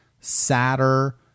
sadder